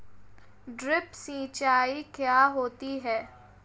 Drip सिंचाई क्या होती हैं?